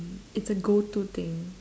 it's a go to thing